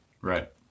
right